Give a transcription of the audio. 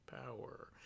power